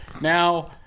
Now